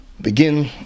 Begin